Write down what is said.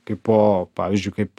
kaipo pavyzdžiui kaip